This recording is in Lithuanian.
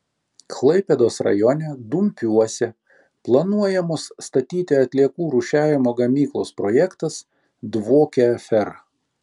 klaipėdos rajone dumpiuose planuojamos statyti atliekų rūšiavimo gamyklos projektas dvokia afera